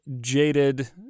jaded